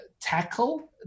tackle